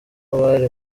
bari